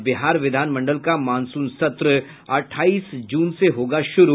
और बिहार विधान मंडल का मानसून सत्र अठाईस जून से होगा शुरू